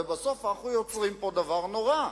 ובסוף אנחנו יוצרים פה דבר נורא.